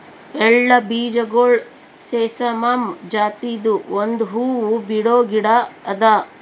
ಎಳ್ಳ ಬೀಜಗೊಳ್ ಸೆಸಾಮಮ್ ಜಾತಿದು ಒಂದ್ ಹೂವು ಬಿಡೋ ಗಿಡ ಅದಾ